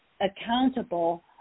accountable